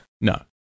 No